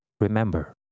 Remember